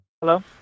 Hello